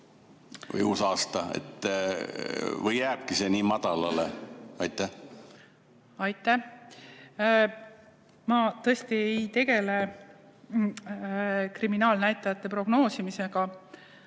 Või uusaasta omi? Või jääbki see nii madalaks? Aitäh! Ma tõesti ei tegele kriminaalnäitajate prognoosimisega.